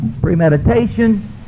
premeditation